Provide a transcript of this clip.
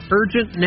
urgent